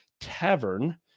tavern